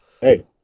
Hey